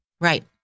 Right